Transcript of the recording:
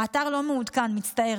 האתר לא מעודכן, מצטער.